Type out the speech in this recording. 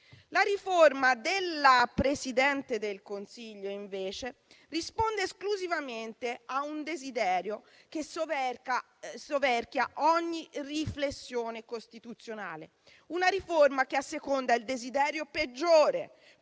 La riforma della Presidente del Consiglio, invece, risponde esclusivamente a un desiderio che soverchia ogni riflessione costituzionale. È una riforma che asseconda il desiderio peggiore,